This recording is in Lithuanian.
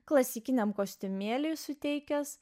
klasikiniam kostiumėliui suteikęs